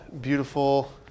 beautiful